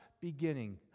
beginning